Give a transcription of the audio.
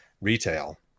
retail